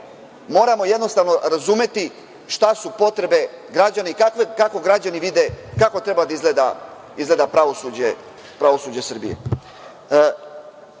moramo jednostavno razumeti šta su potrebe građana i kako građani vide kako treba da izgleda pravosuđe Srbije. Želim